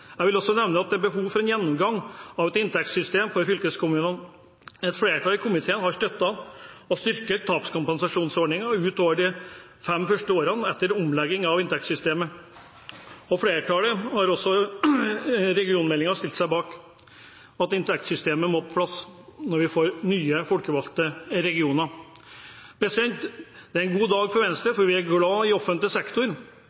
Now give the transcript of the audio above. Jeg vil også nevne at det er behov for en gjennomgang av inntektssystemet for fylkeskommunene. Et flertall i komiteen har støttet å styrke tapskompensasjonsordningen utover de fem første årene etter omlegging av inntektssystemet. Et flertall har i forbindelse med regionmeldingen stilt seg bak at inntektssystemet må på plass når vi får nye folkevalgte regioner. Det er en god dag for Venstre,